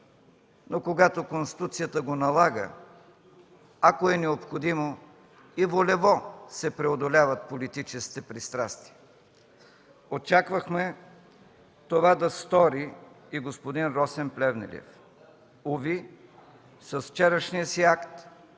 Но когато Конституцията го налага, ако е необходимо, и волево се преодоляват политическите пристрастия. Очаквахме това да стори и господин Росен Плевнелиев. Уви, с вчерашния си акт